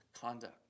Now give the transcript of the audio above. conduct